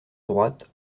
droite